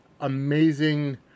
amazing